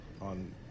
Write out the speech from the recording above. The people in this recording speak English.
on